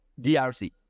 DRC